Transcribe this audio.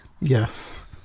yes